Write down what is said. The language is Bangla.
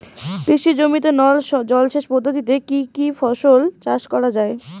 কৃষি জমিতে নল জলসেচ পদ্ধতিতে কী কী ফসল চাষ করা য়ায়?